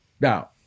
Now